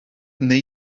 wnei